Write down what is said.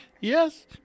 Yes